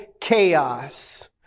chaos